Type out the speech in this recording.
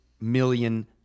million